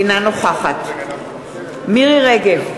אינה נוכחת מירי רגב,